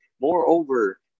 Moreover